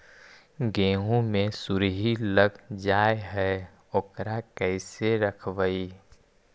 गेहू मे सुरही लग जाय है ओकरा कैसे रखबइ?